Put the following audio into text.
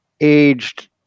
aged